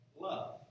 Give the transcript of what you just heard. love